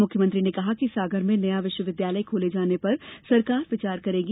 मुख्यमंत्री ने कहा कि सागर में नया विश्वविद्यालय खोले जाने पर सरकार विचार करेगी